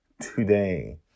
today